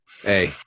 Hey